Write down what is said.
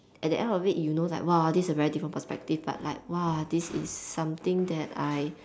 at the end of it you know like !wah! this a very different perspective but like !wah! this is something that I